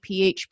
PHP